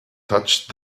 touched